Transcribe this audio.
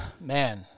Man